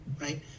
right